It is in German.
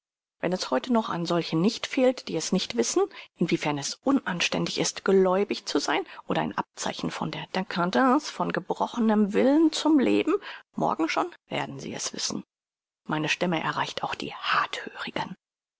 wenn es heute noch an solchen nicht fehlt die es nicht wissen inwiefern es unanständig ist gläubig zu sein oder ein abzeichen von dcadence von gebrochnem willen zum leben morgen schon werden sie es wissen meine stimme erreicht auch die harthörigen